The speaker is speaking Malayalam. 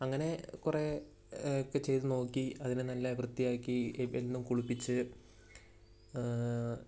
അങ്ങനെ കുറെ ഒക്കെ ചെയ്തു നോക്കി അതിനെ നല്ല വൃത്തിയാക്കി എ എന്നും കുളിപ്പിച്ച്